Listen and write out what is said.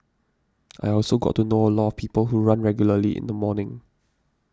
I also got to know a lot of people who run regularly in the morning